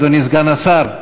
אדוני סגן השר,